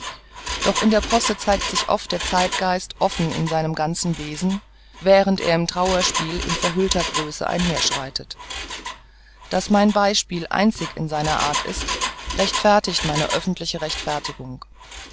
doch in der posse zeigt sich oft der zeitgeist offen in seinem ganzen wesen während er im trauerspiel in verhüllter größe einherschreitet daß mein beispiel einzig in seiner art ist rechtfertigt meine öffentliche rechtfertigung